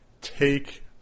take